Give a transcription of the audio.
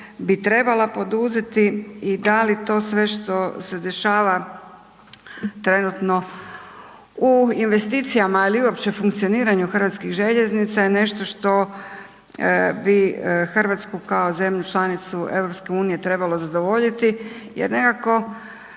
bi trebala poduzeti i da li to sve što se dešava trenutno u investicijama ili uopće funkcioniranju Hrvatskih željeznica je nešto što bi Hrvatsku kao zemlju članicu EU trebalo zadovoljiti jer nekako